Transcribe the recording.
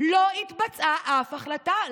לא התבצעה אף ההחלטה.